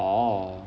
orh